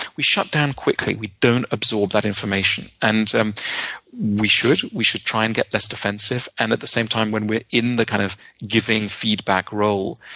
we shut down quickly. we don't absorb that information. and and we should we should try and get less defensive. defensive. and at the same time, when we're in the kind of giving feedback role,